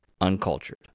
uncultured